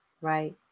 Right